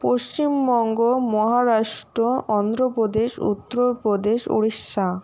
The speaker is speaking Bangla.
পশ্চিমবঙ্গ মহারাষ্ট্র অন্ধ্রপ্রদেশ উত্তরপ্রদেশ উড়িষ্যা